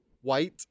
white